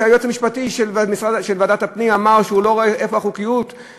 והיועץ המשפטי של ועדת הפנים אמר שהוא לא רואה איפה החוקיות של הדבר,